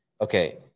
Okay